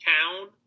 town